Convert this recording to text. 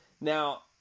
now